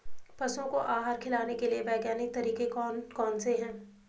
पशुओं को आहार खिलाने के लिए वैज्ञानिक तरीके कौन कौन से हैं?